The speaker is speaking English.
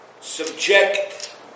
subject